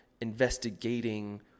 investigating